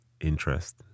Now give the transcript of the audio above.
interest